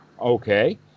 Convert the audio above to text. Okay